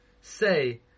say